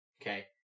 Okay